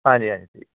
ਹਾਂਜੀ ਹਾਂਜੀ ਠੀਕ